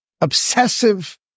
obsessive